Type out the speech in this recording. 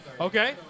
Okay